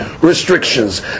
restrictions